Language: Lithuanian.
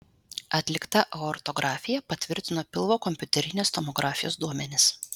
atlikta aortografija patvirtino pilvo kompiuterinės tomografijos duomenis